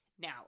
Now